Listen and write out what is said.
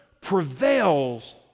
prevails